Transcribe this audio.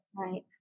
Right